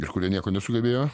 ir kurie nieko nesugebėjo